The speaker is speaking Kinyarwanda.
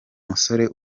musore